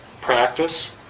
practice